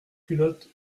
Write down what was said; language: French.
culotte